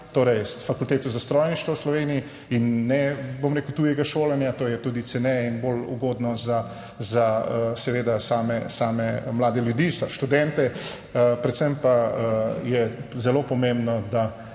torej s Fakulteto za strojništvo v Sloveniji in ne bom rekel tujega šolanja, to je tudi ceneje in bolj ugodno za same mlade ljudi, za študente, predvsem pa je zelo pomembno, da